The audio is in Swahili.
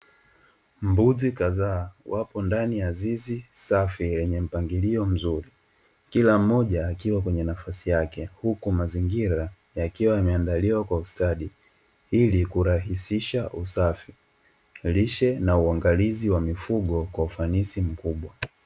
Mbuzi kadhaa wapo ndani ya zizi safi lenye mpangilio mzuri. Kila mmoja akiwa kwenye nafasi yake, huku mazingira yakiwa yameandaliwa kwa ustadi ili kurahisisha usafi, lishe na uangalizi wa mifugo kwa ufanisi mkubwa.